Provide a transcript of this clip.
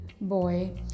boy